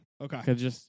Okay